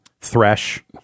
thresh